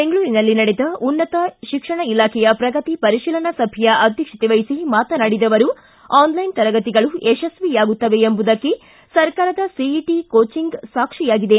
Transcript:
ಬೆಂಗಳೂರಿನಲ್ಲಿ ನಡೆದ ಉನ್ನತ ಶಿಕ್ಷಣ ಇಲಾಖೆಯ ಪ್ರಗತಿ ಪರಿಶೀಲನಾ ಸಭೆಯ ಅಧ್ಯಕ್ಷತೆ ವಹಿಸಿ ಮಾತನಾಡಿದ ಅವರು ಆನ್ಲೈನ್ ತರಗತಿಗಳು ಯಶಸ್ವಿಯಾಗುತ್ತವೆ ಎಂಬುದಕ್ಷೆ ಸರ್ಕಾರದ ಸಿಇಟ ಕೋಚಿಂಗ್ ಸಾಕ್ಷಿಯಾಗಿದೆ